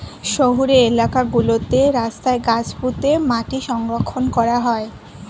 শহুরে এলাকা গুলোতে রাস্তায় গাছ পুঁতে মাটি সংরক্ষণ করা হয়